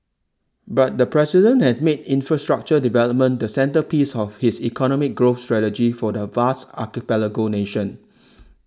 but the president has made infrastructure development the centrepiece of his economic growth strategy for the vast archipelago nation